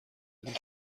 زدید